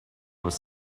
was